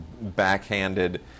backhanded